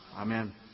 Amen